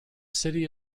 city